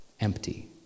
empty